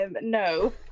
no